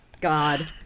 God